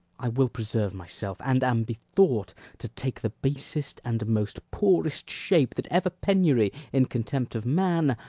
i will preserve myself and am bethought to take the basest and most poorest shape that ever penury, in contempt of man,